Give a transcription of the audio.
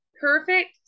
Perfect